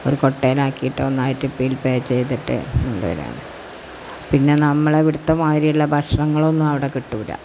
ഒരു കൊട്ടയിലാക്കിയിട്ട് ഒന്നായിട്ട് ബിൽ പേ ചെയ്തിട്ട് കൊണ്ടുവരാൻ പിന്നെ നമ്മളിവിടുത്തെമാതിരിയുള്ള ഭക്ഷണളൊന്നും അവിടെ കിട്ടില്ല